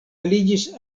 aliĝis